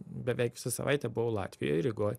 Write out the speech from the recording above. beveik visą savaitę buvau latvijoj rygoj